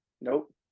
Nope